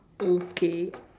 okay